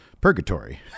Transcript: purgatory